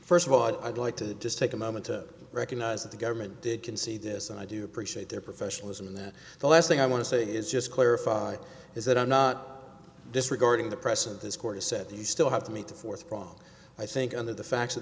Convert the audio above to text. first of all i'd like to just take a moment to recognize that the government did concede this and i do appreciate their professionalism in that the last thing i want to say is just clarify is that i'm not disregarding the press and this court said these still have to meet the fourth prong i think under the facts of